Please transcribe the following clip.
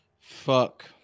Fuck